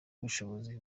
ubushobozi